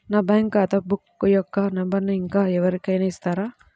నా బ్యాంక్ ఖాతా బుక్ యొక్క నంబరును ఇంకా ఎవరి కైనా ఇస్తారా?